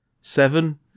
seven